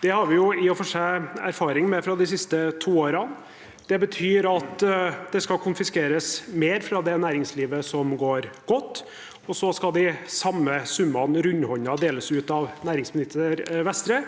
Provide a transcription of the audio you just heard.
Det har vi i og for seg erfaring med fra de siste to årene. Det betyr at det skal konfiskeres mer fra det næringslivet som går godt, og så skal de samme summene rundhåndet deles ut av næringsminister Vestre